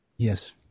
Yes